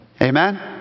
Amen